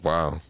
Wow